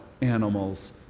animals